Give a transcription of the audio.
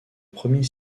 premier